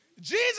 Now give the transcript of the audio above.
Jesus